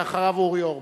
ואחריו, אורי אורבך.